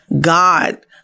God